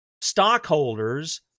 stockholders